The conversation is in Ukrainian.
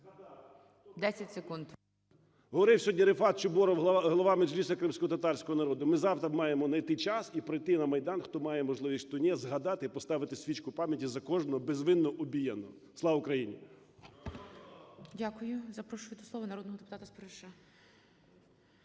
Говорив сьогодні Рефат Чубаров, глава Меджлісу кримськотатарського народу: ми завтра маємо найти час і прийти на Майдан, хто має можливість, хто ні, згадати і поставити свічку пам'яті за кожного безвинно убієнного. Слава Україні! ГОЛОВУЮЧИЙ. Дякую. Запрошу до слова народного депутата Спориша.